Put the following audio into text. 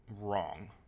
wrong